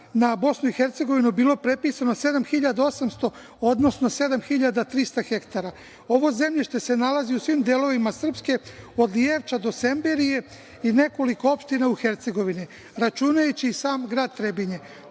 na BiH bilo prepisano 7.800, odnosno 7.300 hektara. Ovo zemljište se nalazi u svim delovima Srpske, od Lijevča do Semberije i nekoliko opština u Hercegovini, računajući i sam grad Trebinje.